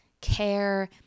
Care